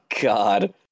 God